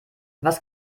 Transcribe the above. was